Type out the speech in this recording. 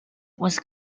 was